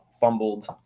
fumbled